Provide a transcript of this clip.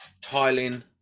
tiling